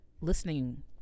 listening